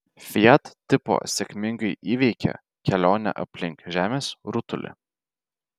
fiat tipo sėkmingai įveikė kelionę aplink žemės rutulį